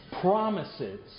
promises